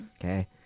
okay